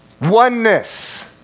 Oneness